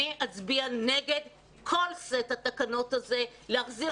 אני אצביע נגד כל סט התקנות הזה להחזיר